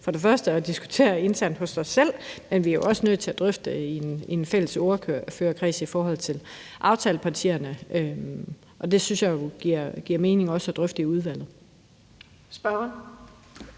for det første nødt til at diskutere internt hos os selv, men vi er også nødt til at drøfte det i en fælles ordførerkreds i forhold til aftalepartierne. Og jeg synes jo også, at det giver mening at drøfte det i udvalget.